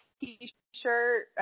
t-shirt